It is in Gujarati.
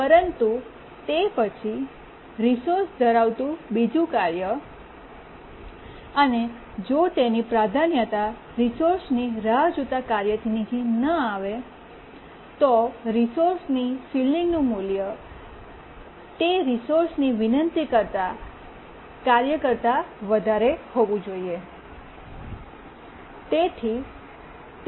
પરંતુ તે પછી રિસોર્સ ધરાવતું બીજું કાર્ય અને જો તેની પ્રાધાન્યતા રિસોર્સની રાહ જોતા કાર્યથી નીચે ન આવે તો રિસોર્સની સીલીંગનું મૂલ્ય તે રિસોર્સની વિનંતી કરતા કાર્ય કરતા વધારે હોવું જોઈએ